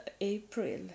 April